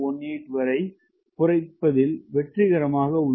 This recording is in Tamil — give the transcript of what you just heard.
018 வரை குறைப்பதில் வெற்றிகரமாக உள்ளன